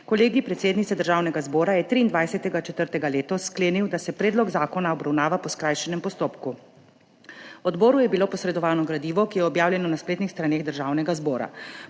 Kolegij predsednice Državnega zbora je 23. 4. letos sklenil, da se predlog zakona obravnava po skrajšanem postopku. Odboru je bilo posredovano gradivo, ki je objavljeno na spletnih straneh Državnega zbora.